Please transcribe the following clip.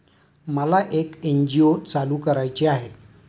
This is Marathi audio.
मला एक एन.जी.ओ चालू करायची आहे